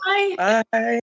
Bye